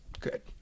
Good